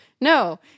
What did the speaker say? No